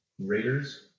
Raiders